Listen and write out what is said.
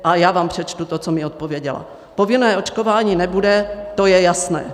A já vám přečtu to, co mi odpověděla: Povinné očkování nebude, to je jasné.